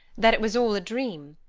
that it was all a dream,